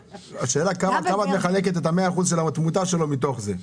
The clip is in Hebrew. השאלה איך את מחלקת את ה-100% של התמותה שלו מתוך זה.